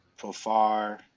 Profar